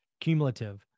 cumulative